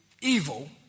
evil